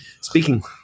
speaking